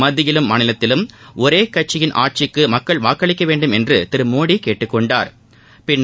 மத்தியிலும் மாநிலத்திலும் ஒரே கட்சியின் ஆட்சிக்கு மக்கள் வாக்களிக்க வேண்டும் என்று திரு மோடி கேட்டுக் கொண்டார்பின்னர்